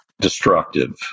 destructive